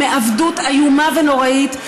מעבדות איומה ונוראית,